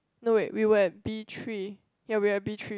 no wait we were at B three ya we were at B three